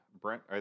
Brent